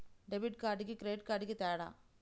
Debit కార్డుకి credit కార్డుకి తేడా?